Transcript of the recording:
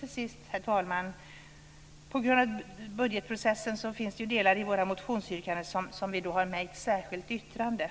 Till sist, herr talman, finns på grund av budgetprocessen delar i våra motionsyrkanden som vi har med i ett särskilt yttrande.